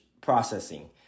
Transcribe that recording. processing